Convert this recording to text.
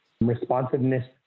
responsiveness